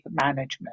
management